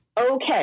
okay